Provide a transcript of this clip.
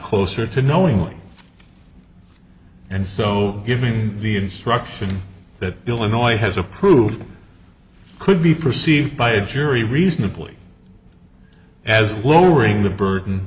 closer to knowing and so giving the instruction that illinois has approved could be perceived by a jury reasonably as lowering the burden